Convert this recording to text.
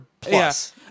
plus